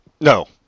no